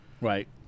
Right